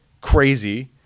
Crazy